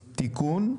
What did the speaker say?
(תיקון),